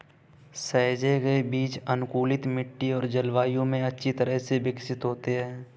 सहेजे गए बीज अनुकूलित मिट्टी और जलवायु में अच्छी तरह से विकसित होते हैं